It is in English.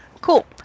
Cool